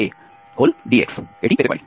আমরা abfafb fab adx পেতে পারি